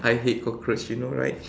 I hate cockroach you know right